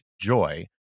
joy